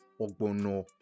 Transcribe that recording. ogbono